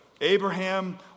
Abraham